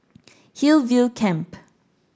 Hillview Camp